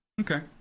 Okay